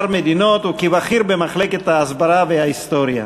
מדינות וכבכיר במחלקת ההסברה וההיסטוריה.